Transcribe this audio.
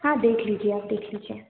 हाँ देख लीजिए आप देख लीजिए